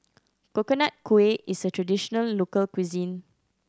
Coconut Kuih is a traditional local cuisine